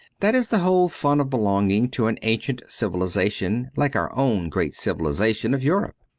that is the whole fun of belonging to an ancient civilization like our own great civilization of europe.